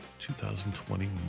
2020